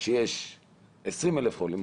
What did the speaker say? יש 20,000 חולים